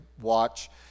watch